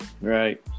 Right